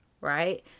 right